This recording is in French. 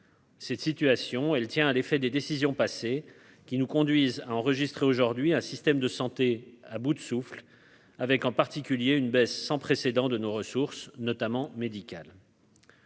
Cette situation elle tient à l'effet des décisions passées qui nous conduisent à enregistré aujourd'hui un système de santé à bout de souffle, avec en particulier une baisse sans précédent de nos ressources, notamment médicale.